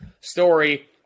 story